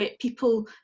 People